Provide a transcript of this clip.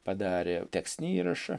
padarė tekstinį įrašą